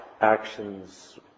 actions